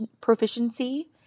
proficiency